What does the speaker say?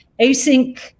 async